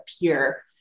appear